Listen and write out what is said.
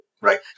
Right